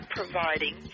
providing